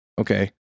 okay